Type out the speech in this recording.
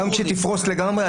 גם כשתפרוס לגמרי,